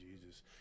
Jesus